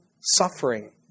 suffering